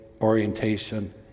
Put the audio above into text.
orientation